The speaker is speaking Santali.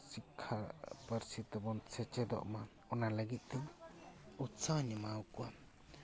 ᱥᱤᱠᱠᱷᱟ ᱯᱟᱹᱨᱥᱤ ᱛᱮᱵᱚᱱ ᱥᱮᱪᱮᱫᱚᱜ ᱢᱟ ᱚᱱᱟ ᱞᱟᱹᱜᱤᱫ ᱛᱤᱧ ᱩᱛᱥᱟᱦᱚᱹᱧ ᱮᱢᱟᱣᱟᱠᱚᱣᱟ